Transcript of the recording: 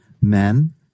Men